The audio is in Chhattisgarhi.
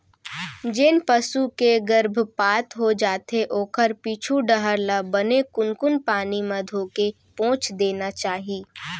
जेन पसू के गरभपात हो जाथे ओखर पीछू डहर ल बने कुनकुन पानी म धोके पोंछ देना चाही